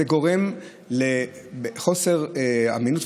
זה גורם חוסר אמינות,